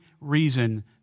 reason